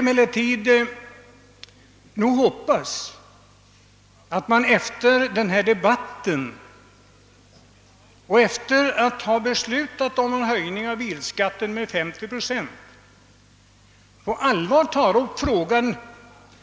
Dock hoppas jag att riksdagen efter denna debatt och efter att ha beslutat om en höjning av bilskatten med 50 procent på allvar tar upp frågan